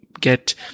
get